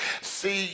See